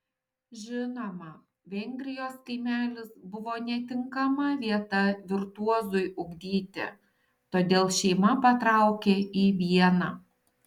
žinoma vengrijos kaimelis buvo netinkama vieta virtuozui ugdyti todėl šeima patraukė į vieną